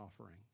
offering